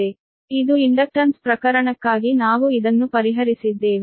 ಆದ್ದರಿಂದ ಇದು ಇಂಡಕ್ಟನ್ಸ್ ಪ್ರಕರಣಕ್ಕಾಗಿ ನಾವು ಇದನ್ನು ಪರಿಹರಿಸಿದ್ದೇವೆ